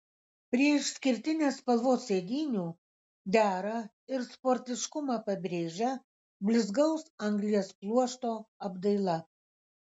prie išskirtinės spalvos sėdynių dera ir sportiškumą pabrėžia blizgaus anglies pluošto apdaila